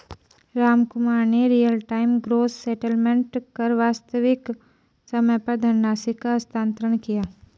रामकुमार ने real time gross settlement कर वास्तविक समय पर धनराशि का हस्तांतरण किया